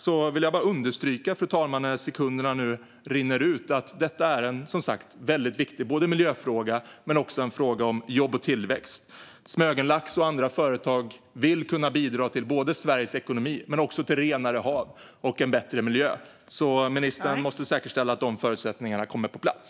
Jag vill bara understryka att detta är en viktig miljöfråga och en fråga om jobb och tillväxt. Smögenlax och andra företag vill bidra till Sveriges ekonomi, till renare hav och till en bättre miljö. Ministern måste säkerställa att de förutsättningarna kommer på plats.